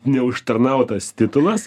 neužtarnautas titulas